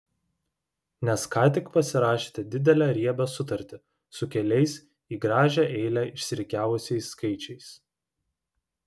nes ką tik pasirašėte didelę riebią sutartį su keliais į gražią eilę išsirikiavusiais skaičiais